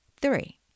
Three